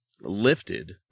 lifted